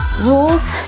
rules